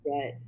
right